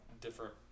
different